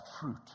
fruit